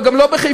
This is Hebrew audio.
אבל גם לא בחיפה,